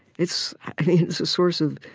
it's it's a source of